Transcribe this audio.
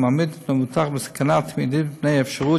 ומעמיד את המבוטח בסכנה תמידית מפני אפשרות